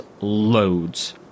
loads